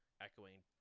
echoing